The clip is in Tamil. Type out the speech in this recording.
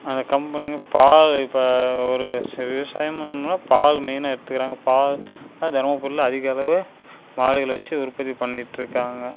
அந்த கம்பெனின்னு பால் இப்போ ஒரு விவசாயமுன்னா பால் மெயினாக எடுத்துக்கிறாங்க பால் தினமும் பில் அதிக அளவு மாடு வெச்சி உற்பத்தி பண்ணிக்கிட்டுருக்காங்க